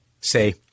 Say